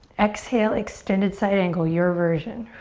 exhale, extended side angle, your version.